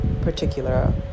particular